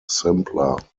simpler